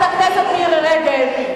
רגב.